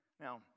Now